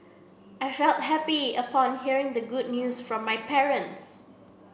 I felt happy upon hearing the good news from my parents